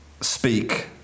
speak